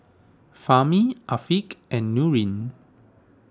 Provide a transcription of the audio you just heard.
Fahmi Afiq and Nurin